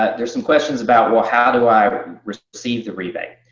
ah there's some questions about, well, how do i receive the rebate?